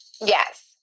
Yes